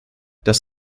das